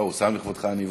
לא, הוא שם לכבודך עניבה,